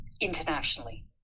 internationally